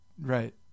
right